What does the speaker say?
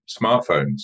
smartphones